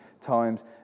times